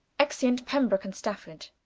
exeunt. pembrooke and stafford.